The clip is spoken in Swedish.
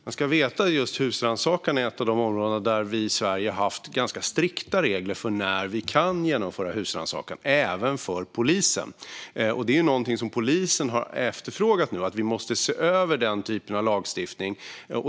Fru talman! Man ska veta att husrannsakan är ett av de områden där vi i Sverige har haft strikta regler för när den kan genomföras, även för polisen. Polisen har nu efterfrågat att vi måste se över denna typ av lagstiftning.